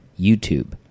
YouTube